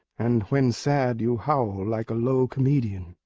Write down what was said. and when sad you howl like a low comedian.